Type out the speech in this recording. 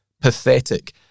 pathetic